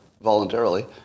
voluntarily